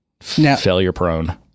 failure-prone